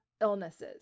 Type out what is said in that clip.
illnesses